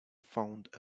found